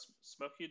smoky